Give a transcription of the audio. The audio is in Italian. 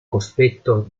cospetto